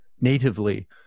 natively